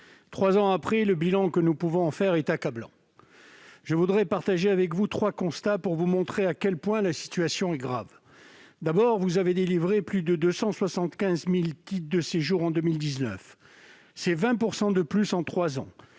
chers collègues, le bilan que nous pouvons en faire est accablant. Madame la ministre, je tiens à partager avec vous trois constats, montrant à quel point la situation est grave. D'abord, vous avez délivré plus de 275 000 titres de séjour en 2019. C'est 20 % de plus en trois ans.